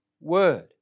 word